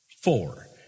Four